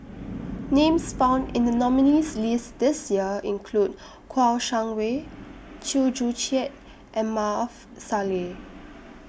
Names found in The nominees' list This Year include Kouo Shang Wei Chew Joo Chiat and Maarof Salleh